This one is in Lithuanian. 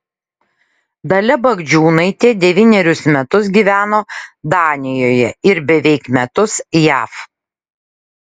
dalia bagdžiūnaitė devynerius metus gyveno danijoje ir beveik metus jav